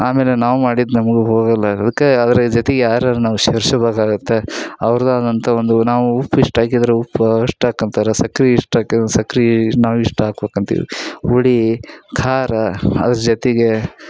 ಆಮೇಲೆ ನಾವು ಮಾಡಿದ್ದು ನಮ್ಗೂ ಹೋಗೋಲ್ಲ ಅದಕ್ಕೆ ಅದ್ರ ಜೊತೆಗ್ ಯಾರಾರೂ ನಾವು ಸೇರ್ಶಬೇಕಾಗುತ್ತ ಅವ್ರ್ದೇ ಆದಂಥ ಒಂದು ನಾವು ಉಪ್ಪು ಇಷ್ಟು ಹಾಕಿದ್ರ ಉಪ್ಪು ಅಷ್ಟು ಹಾಕಿ ಅಂತಾರೆ ಸಕ್ರೆ ಇಷ್ಟು ಹಾಕಿರೆ ಸಕ್ರೆ ನಾವು ಇಷ್ಟು ಹಾಕ್ಬೇಕ್ ಅಂತೀವಿ ಹುಳೀ ಖಾರ ಅದ್ರ ಜೊತೆಗೆ